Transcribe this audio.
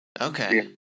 Okay